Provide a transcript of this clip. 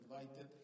invited